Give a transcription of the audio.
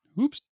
Oops